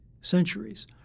centuries